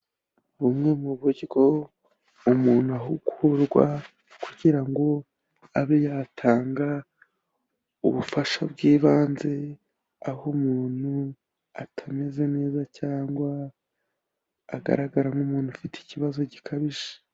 Bumwe mu buryo umuntu ahugurwa kugira ngo abe yatanga ubufasha bw'ibanze, aho umuntu atameze neza cyangwa agaragara nk'umuntu ufite ikibazo gikabije.